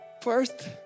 First